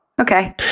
Okay